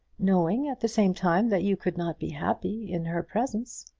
knowing at the same time that you could not be happy in her presence.